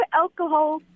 alcohol